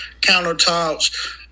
countertops